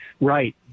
Right